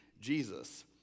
Jesus